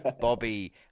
Bobby